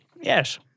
Yes